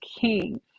king